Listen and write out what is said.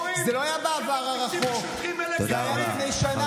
זה לא היה בעבר הרחוק, זה היה לפני שנה.